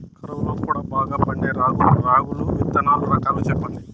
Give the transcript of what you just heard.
కరువు లో కూడా బాగా పండే రాగులు విత్తనాలు రకాలు చెప్పండి?